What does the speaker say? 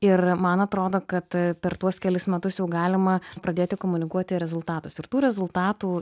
ir man atrodo kad per tuos kelis metus jau galima pradėti komunikuoti rezultatus ir tų rezultatų